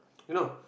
you know